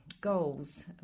goals